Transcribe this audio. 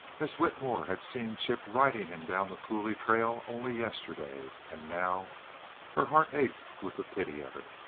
miss whitmore had seen chip riding him down the coulee trail only yesterday, and now her heart ached with the pity of it.